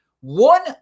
one